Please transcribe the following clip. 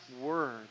word